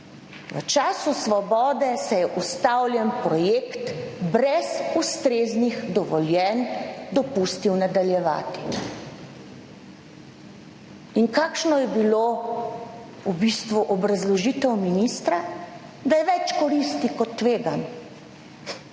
v času Svobode se je ustavljen projekt brez ustreznih dovoljenj dopustilo nadaljevati. In kakšno je bila obrazložitev ministra? Da je več koristi kot tveganj.